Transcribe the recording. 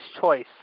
Choice